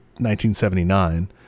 1979